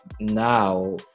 now